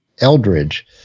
Eldridge